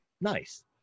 nice